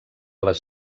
les